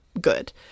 good